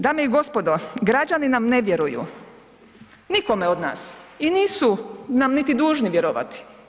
Dame i gospodo, građani nam ne vjeruju, nikome od nas i nisu nam niti dužni vjerovati.